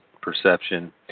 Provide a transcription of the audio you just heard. perception